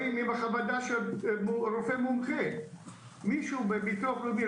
כשבאים עם חוות דעת של רופא מומחה אז מישהו בביטוח הלאומי,